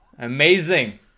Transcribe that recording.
amazing